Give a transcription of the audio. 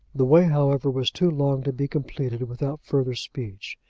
the way, however, was too long to be completed without further speech.